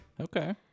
okay